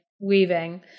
weaving